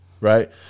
right